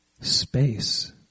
space